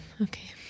okay